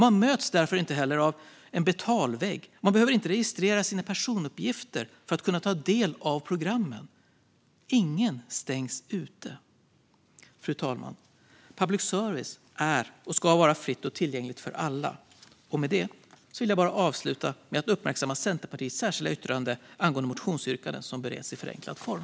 Man möts därför inte heller av en betalvägg, och man behöver inte registrera sina personuppgifter för att kunna ta del av programmen. Ingen stängs ute! Fru talman! Public service är och ska vara fritt och tillgängligt för alla. Och med det så vill jag avsluta med att uppmärksamma kammaren på Centerpartiets särskilda yttrande angående motionsyrkanden som bereds i förenklad form.